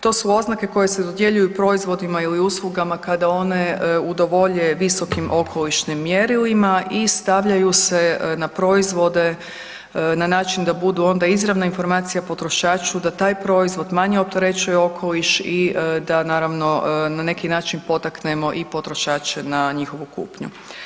To su oznake koje se dodjeljuju proizvodima ili uslugama kada one udovolje visokim okolišnim mjerilima i stavljaju se na proizvode na način da budu onda izravna informacija potrošaču da taj proizvod manje opterećuje okoliš i da naravno na neki način potaknemo i potrošače na njihovu kupnju.